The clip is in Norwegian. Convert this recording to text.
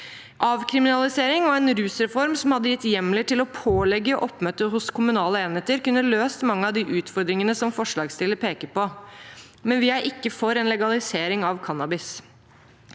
Avkriminalisering og en rusreform som hadde gitt hjemler til å pålegge oppmøte hos kommunale enheter, kunne løst mange av de utfordringene som forslagsstillerne peker på. Men vi er ikke for en legalisering av cannabis.